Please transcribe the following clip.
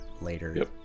later